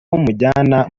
mujyana